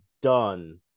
done